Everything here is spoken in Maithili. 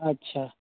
अच्छा